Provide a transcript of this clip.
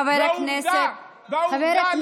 חבר הכנסת ------ והעובדה,